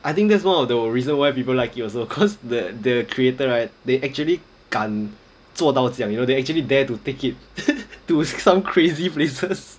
I think that's one of the reasons why people like it also cause the the creator right they actually 敢做到这样 you know they actually dare to take it to some crazy places